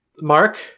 Mark